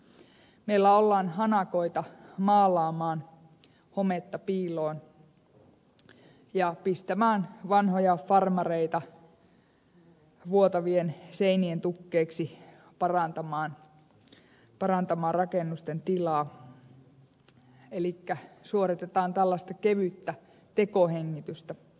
meillä ollaan hanakoita maalaamaan hometta piiloon ja pistämään vanhoja farmareita vuotavien seinien tukkeeksi parantamaan rakennusten tilaa elikkä suoritetaan tällaista kevyttä tekohengitystä